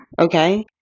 okay